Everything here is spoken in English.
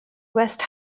west